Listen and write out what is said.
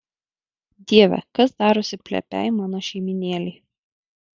dieve kas darosi plepiai mano šeimynėlei